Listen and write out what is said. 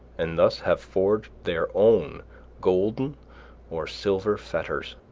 and thus have forged their own golden or silver fetters.